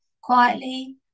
quietly